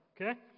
Okay